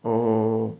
oh